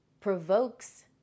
provokes